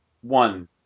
one